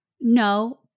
No